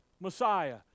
Messiah